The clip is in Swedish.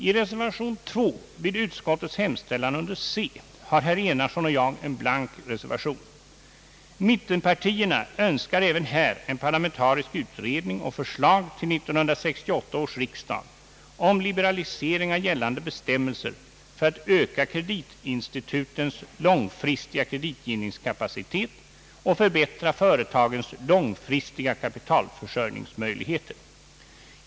Beträffande utskottets hemställan under C har herr Enarsson och jag avgivit en blank reservation, betecknad 2 b. Mittenpartierna önskar även här en parlamentarisk utredning och förslag till 1968 års riksdag om liberalisering av gällande bestämmelser för att öka kreditinstitutens långfristiga kreditgivningskapacitet och förbättra företagens långfristiga kapitalförsörjningsmöjligheter.